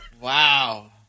Wow